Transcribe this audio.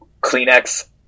Kleenex